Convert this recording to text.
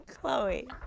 Chloe